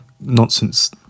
nonsense